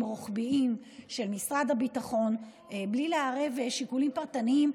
רוחביים של משרד הביטחון בלי לערב שיקולים פרטניים,